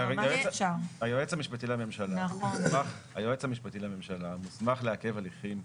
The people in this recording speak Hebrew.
היועץ המשפטי לממשלה מוסמך לעכב הליכים,